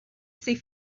ses